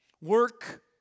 Work